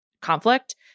conflict